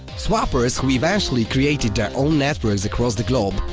swappers who eventually created their own networks across the globe,